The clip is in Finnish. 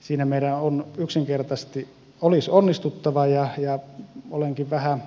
siinä meidän yksinkertaisesti olisi onnistuttava ja olenkin vähän